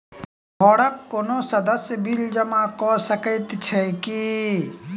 घरक कोनो सदस्यक बिल जमा कऽ सकैत छी की?